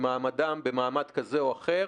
במעמד כזה או אחר?